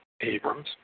Abrams